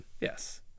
yes